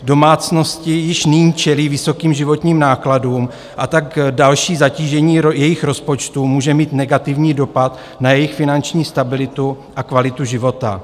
Domácnosti již nyní čelí vysokým životním nákladům, a tak další zatížení jejich rozpočtu může mít negativní dopad na jejich finanční stabilitu a kvalitu života.